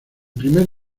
primer